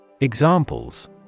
Examples